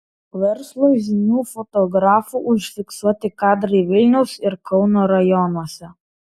verslo žinių fotografų užfiksuoti kadrai vilniaus ir kauno rajonuose